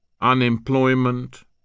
unemployment